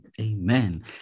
amen